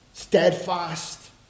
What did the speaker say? steadfast